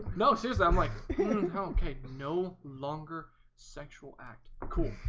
no suze, i'm like okay, but no longer sexual act cool